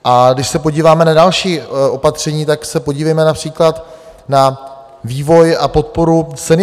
A když se podíváme na další opatření, tak se podívejme například na vývoj a podporu seniorů.